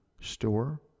store